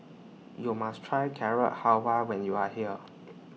YOU must Try Carrot Halwa when YOU Are here